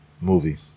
movie